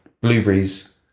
blueberries